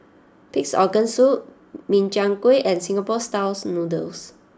Pig'S Organ Soup Min Chiang Kueh and Singapore Style Noodles